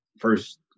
first